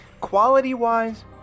quality-wise